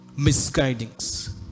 misguidings